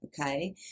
Okay